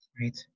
Right